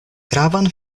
gravan